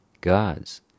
gods